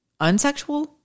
Unsexual